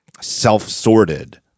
self-sorted